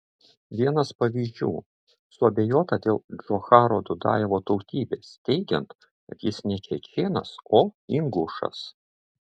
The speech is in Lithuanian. vienas pavyzdžių suabejota dėl džocharo dudajevo tautybės teigiant kad jis ne čečėnas o ingušas